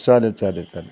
चालेल चालेल चालेल